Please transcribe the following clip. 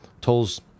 Tolls